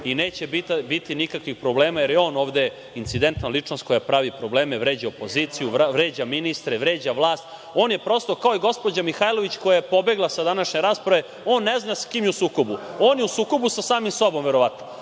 i neće biti nikakvih problema jer je on ovde incidentna ličnost koja pravi probleme, vređa opoziciju, vređa ministre, vređa vlast. On prosto kao i gospođa Mihajlović, koja je pobegla sa današnje rasprave, on ne zna sa kim je u sukobu. On je u sukobu sa samim sobom verovatno.